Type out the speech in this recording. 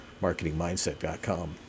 marketingmindset.com